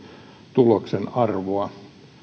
tuloksen arvoa toinen tapaus